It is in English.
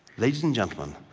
ladies and gentleman,